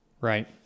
Right